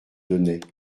donnait